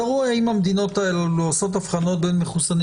תראו האם המדינות האלה עושות הבחנות בין מחוסנים